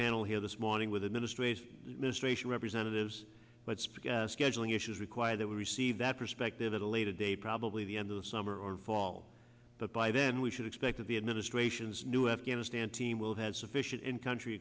panel here this morning with administrative ministration representatives but speaking of scheduling issues require that we receive that perspective at a later date probably the end of the summer or fall but by then we should expect that the administration's new afghanistan team will have sufficient in country